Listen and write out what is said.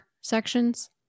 sections